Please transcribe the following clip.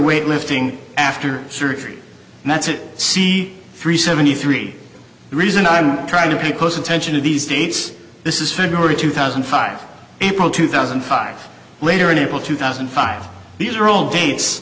weight lifting after surgery and that's it see three seventy three reason i'm trying to pay close attention to these dates this is february two thousand and five april two thousand and five later in april two thousand and five these are all dates